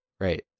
Right